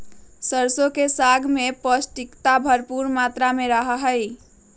सरसों के साग में पौष्टिकता भरपुर मात्रा में रहा हई